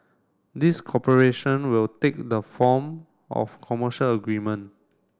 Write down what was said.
this cooperation will take the form of commercial agreement